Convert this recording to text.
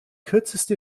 kürzeste